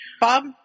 Bob